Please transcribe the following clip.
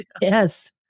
Yes